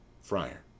Friar